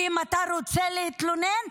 ואם אתה רוצה להתלונן,